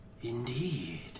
Indeed